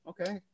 Okay